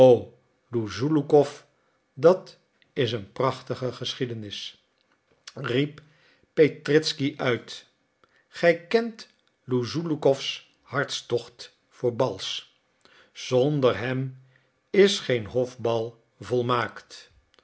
luzulukoff dat is een prachtige geschiedenis riep petritzky uit gij kent luzulukoffs hartstocht voor bals zonder hem is geen hofbal volmaakt